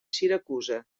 siracusa